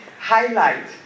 highlight